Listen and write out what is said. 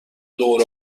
دوره